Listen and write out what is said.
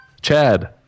Chad